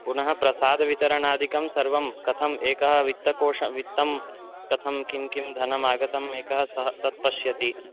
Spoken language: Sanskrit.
पुनः प्रसादवितरणादिकं सर्वं कथं एकः वित्तकोश वित्तं कथं किं किं धनमागतं एकः सः तत् पश्येत्